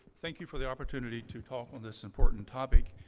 thank you for the opportunity to talk on this important topic.